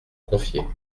confier